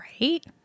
right